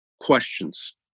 questions